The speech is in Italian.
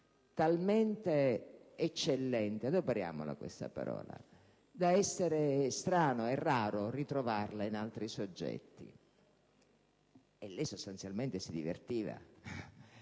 talmente eccellente - adoperiamola, questa parola - da essere strano e raro ritrovarlo in altri soggetti. Lei sostanzialmente si divertiva: